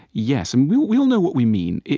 yes. and we we all know what we mean.